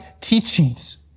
teachings